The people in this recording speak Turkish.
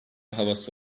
havası